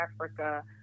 Africa